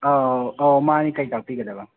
ꯑꯥꯎ ꯑꯥꯎ ꯃꯥꯟꯅꯤ ꯀꯔꯤ ꯇꯥꯛꯄꯤꯒꯗꯕ